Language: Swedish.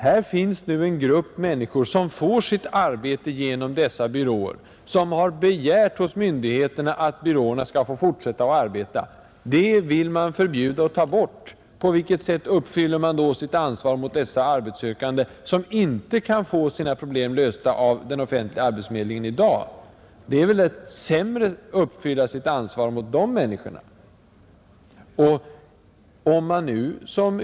Här finns en grupp människor som får sitt arbete genom dessa byråer och som har begärt hos myndigheterna att byråerna skall få fortsätta att arbeta, Det vill man förbjuda och ta bort. På vilket sätt uppfyller man då sitt ansvar mot dessa arbetssökande? De kan inte få sina problem lösta av den offentliga arbetsförmedlingen i dag. Det är väl att sämre uppfylla sitt ansvar mot dessa människor?